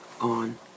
on